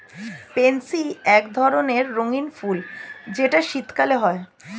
pansy এক ধরণের রঙ্গীন ফুল যেটা শীতকালে হয়